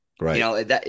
Right